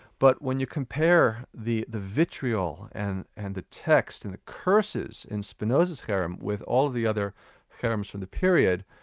but when you compare the the vitriol and and the text and the curses in spinoza's cherem with all the other cherems from the period,